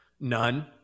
none